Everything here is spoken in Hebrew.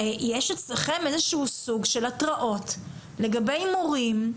יש אצלכם איזה שהוא סוג של התרעות לגבי מורים,